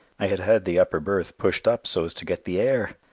i had had the upper berth pushed up so as to get the air!